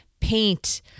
paint